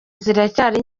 ziracyari